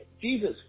Jesus